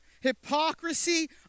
hypocrisy